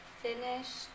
finished